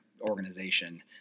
organization